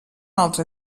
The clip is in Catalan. altre